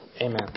amen